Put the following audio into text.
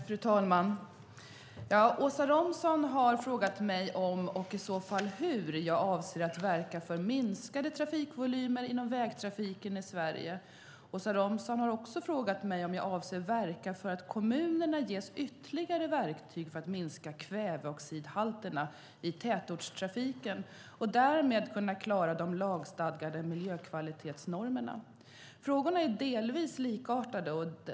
Fru talman! Åsa Romson har frågat mig om, och i så fall hur, jag avser att verka för minskade trafikvolymer inom vägtrafiken i Sverige. Åsa Romson har också frågat mig om jag avser att verka för att kommunerna ska ges ytterligare verktyg för att minska kväveoxidhalterna i tätortstrafiken och därmed kunna klara de lagstadgade miljökvalitetsnormerna. Frågorna är delvis likartade.